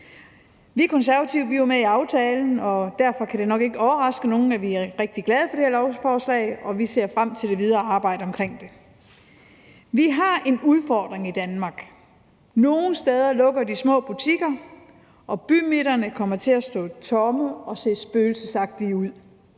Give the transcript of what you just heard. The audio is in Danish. Vi Konservative var med i aftalen, og derfor kan det nok ikke overraske nogen, at vi er rigtig glade for det her lovforslag og ser frem til det videre arbejde omkring det. Vi har en udfordring i Danmark. Nogle steder lukker de små butikker, og bymidterne kommer til at stå tomme og se spøgelsesagtige ud.